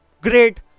great